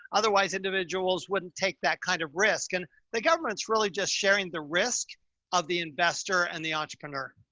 otherwise individuals wouldn't take that kind of risk. and the government's really just sharing the risk of the investor and the entrepreneur.